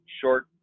short